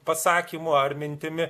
pasakymu ar mintimi